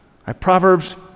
Proverbs